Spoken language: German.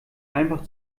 einfach